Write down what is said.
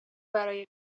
برای